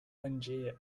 pangaea